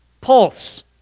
Pulse